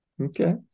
Okay